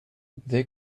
they